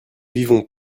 vivons